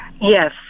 Yes